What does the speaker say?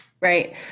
Right